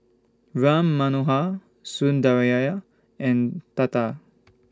Ram Manohar Sundaraiah and Tata